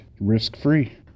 risk-free